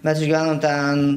mes išgyvenom ten